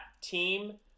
team